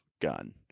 gun